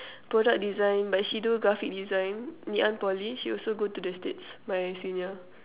product design but she do graphic design Ngee-Ann-Poly she also go to the states my senior